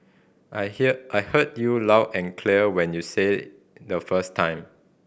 I hear I heard you loud and clear when you said the first time